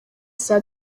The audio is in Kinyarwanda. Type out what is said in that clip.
saa